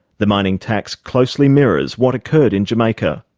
the mining tax closely mirrors what occurred in jamaica.